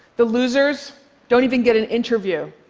the losers don't even get an interview